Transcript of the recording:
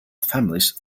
families